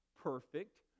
perfect